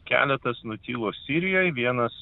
keletas nutilo sirijoj vienas